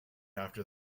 after